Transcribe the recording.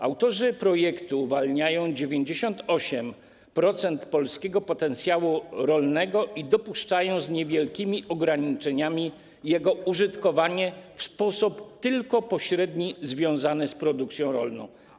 Autorzy projektu uwalniają 98% polskiego potencjału rolnego i dopuszczają z niewielkimi ograniczeniami jego użytkowanie w sposób tylko pośrednio związany z produkcją rolną.